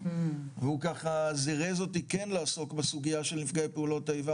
והוא ככה זירז אותי כן לעסוק בסוגיה של נפגעי פעולות האיבה,